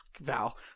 Val